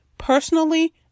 Personally